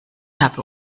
habe